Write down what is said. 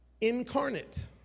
incarnate